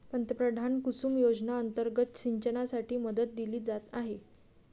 पंतप्रधान कुसुम योजना अंतर्गत सिंचनासाठी मदत दिली जात आहे